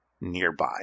nearby